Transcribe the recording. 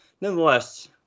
nonetheless